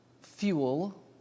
fuel